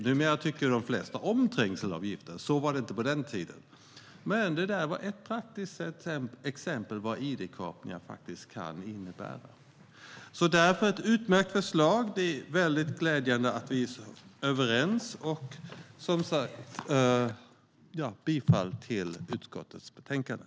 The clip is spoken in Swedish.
Numera tycker de flesta om trängselavgifter, men så var det inte på den tiden. Det var ett praktiskt exempel på vad id-kapningar kan innebära. Det här är ett utmärkt förslag. Det är väldigt glädjande att vi är överens. Jag yrkar bifall till utskottets förslag i betänkandet.